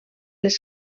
les